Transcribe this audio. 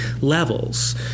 levels